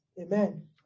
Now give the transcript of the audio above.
Amen